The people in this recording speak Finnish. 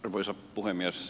arvoisa puhemies